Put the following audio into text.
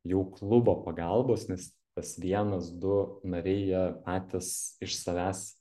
jau klubo pagalbos nes tas vienas du nariai jie patys iš savęs